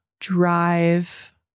drive